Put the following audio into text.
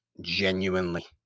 genuinely